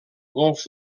golf